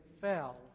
fell